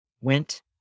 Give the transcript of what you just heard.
went